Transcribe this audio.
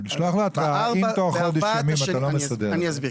אני אסביר.